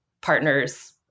partners